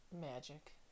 magic